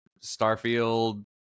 starfield